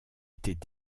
étaient